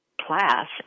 class